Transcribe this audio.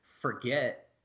forget